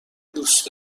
دوست